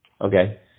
Okay